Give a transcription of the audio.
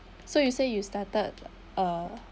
so you say you started uh